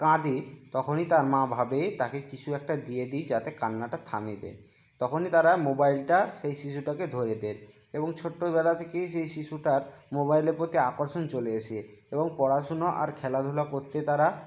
কাঁদে তখনই তার মা ভাবে তাকে কিছু একটা দিয়ে দিই যাতে কান্নাটা থামিয়ে দেয় তখনই তারা মোবাইলটা সেই শিশুটাকে ধরিয়ে দেয় এবং ছোট্টবেলা থেকেই সেই শিশুটার মোবাইলের প্রতি আকর্ষণ চলে এসে এবং পড়াশুনা আর খেলাধুলা করতে তারা